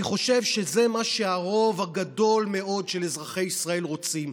אני חושב שזה מה שהרוב הגדול מאוד של אזרחי ישראל רוצים,